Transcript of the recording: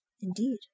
Indeed